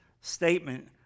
statement